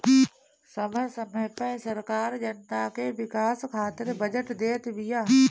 समय समय पअ सरकार जनता के विकास खातिर बजट देत बिया